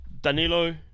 Danilo